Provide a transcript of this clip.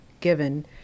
given